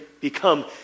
become